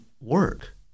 work